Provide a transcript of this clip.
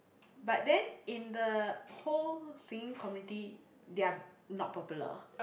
but then in the whole singing community they are not popular